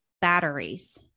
batteries